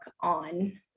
on